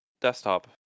desktop